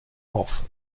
off